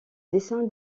dessin